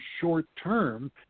short-term